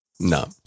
No